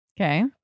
okay